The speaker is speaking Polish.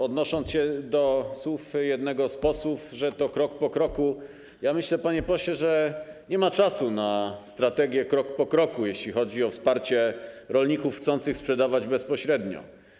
Odnosząc się do słów jednego z posłów o tym, że to będzie krok po kroku, myślę, panie pośle, że nie ma czasu na strategię: krok po kroku, jeśli chodzi o wsparcie rolników chcących sprzedawać bezpośrednio.